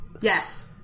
Yes